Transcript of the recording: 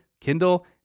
Kindle